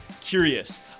curious